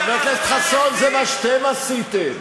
חבר הכנסת חסון, זה מה שאתם עשיתם.